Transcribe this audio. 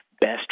best